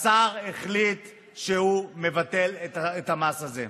השר החליט שהוא מבטל את המס הזה.